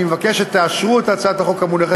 אני מבקש שתאשרו את הצעת החוק המונחת